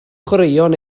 chwaraeon